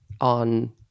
on